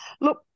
look